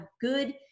good